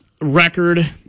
record